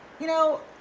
you know,